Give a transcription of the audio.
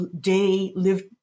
day-lived